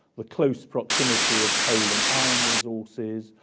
the close proximity of coal and iron resources,